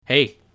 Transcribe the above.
Hey